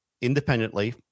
independently